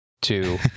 two